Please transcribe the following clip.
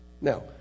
Now